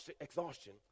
exhaustion